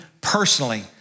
personally